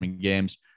games